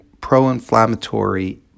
pro-inflammatory